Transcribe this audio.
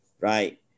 Right